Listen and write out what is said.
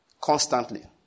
constantly